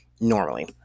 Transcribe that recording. Normally